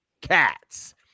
Cats